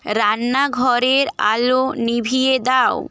রান্নাঘরের আলো নিভিয়ে দাও